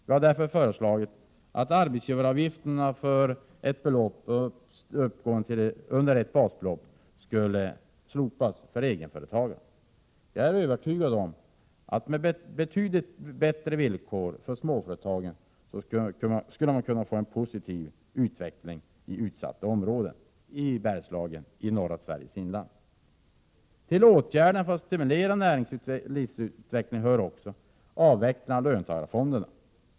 Vi har därför föreslagit att arbetsgivaravgifterna upp till ett basbelopp skulle slopas för egenföretagarna. Jag är övertygad om att man med betydligt bättre villkor för småföretagarna skulle kunna få en positiv utveckling i utsatta områden, t.ex. i Bergslagen och i norra Sveriges inland. Till åtgärderna för att stimulera näringslivsutvecklingen hör också avvecklandet av löntagarfonderna.